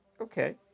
Okay